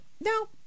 No